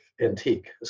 antique